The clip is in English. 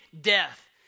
death